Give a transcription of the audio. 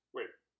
Wait